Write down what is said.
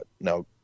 Now